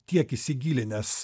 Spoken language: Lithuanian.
tiek įsigilinęs